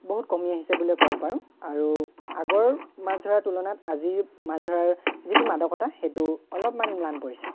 বহুত কমি আহিছে বুলি ক'ব পাৰোঁ আৰু আগৰ মাছ ধৰাৰ তুলনাত আজিৰ মাছ ধৰাৰ যিটো মাদকতা সেইটো অলপমান ম্লান পৰিছে